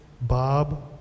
Bob